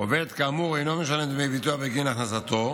עובד כאמור אינו משלם דמי ביטוח בגין הכנסתו